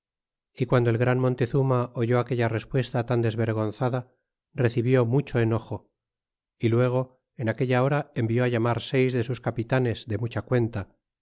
y guando el gran montezuma oyó aquella respuesta tan desvergonzada recibió mucho enojo y luego en aquella hora envió llamar seis de sus capitanes de mucha cuenta